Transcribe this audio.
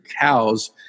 cows